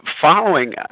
following